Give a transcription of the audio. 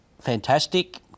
fantastic